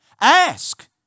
Ask